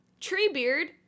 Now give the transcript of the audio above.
Treebeard